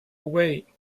away